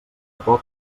poc